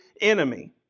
enemy